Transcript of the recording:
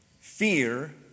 Fear